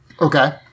Okay